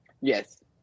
Yes